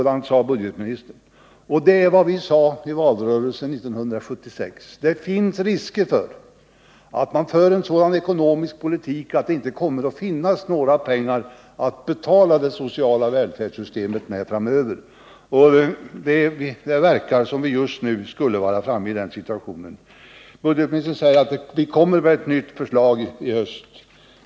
Det var vad vi sade i valrörelsen 1976; det finns risk att man för en sådan ekonomisk politik att det inte kommer att finnas några pengar att betala välfärdssystemet med framöver. Och det verkar som om vi just nu skulle ha kommit in i den situationen. Budgetministern säger att man kommer med ett nytt förslag i höst.